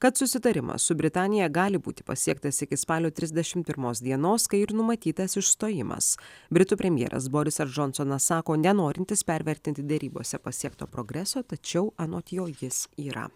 kad susitarimas su britanija gali būti pasiektas iki spalio trisdešimt pirmos dienos kai ir numatytas išstojimas britų premjeras borisas džonsonas sako nenorintis pervertinti derybose pasiekto progreso tačiau anot jo jis yra